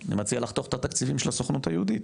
אני מציע לחתוך את התקציבים של הסוכנות היהודית,